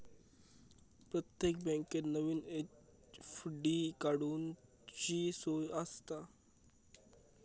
प्रत्येक बँकेत नवीन एफ.डी काडूची सोय आसता